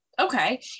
Okay